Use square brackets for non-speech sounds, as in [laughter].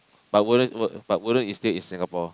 but wouldn't [noise] but wouldn't you stay in Singapore